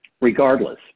Regardless